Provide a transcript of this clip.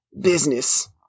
business